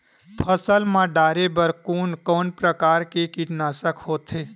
फसल मा डारेबर कोन कौन प्रकार के कीटनाशक होथे?